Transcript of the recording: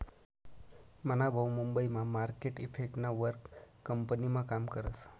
मना भाऊ मुंबई मा मार्केट इफेक्टना वर कंपनीमा काम करस